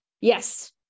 Yes